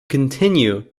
continue